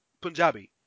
Punjabi